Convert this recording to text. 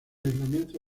aislamiento